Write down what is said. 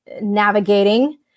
navigating